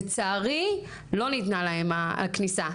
לצערי, לא ניתנה להן הכניסה.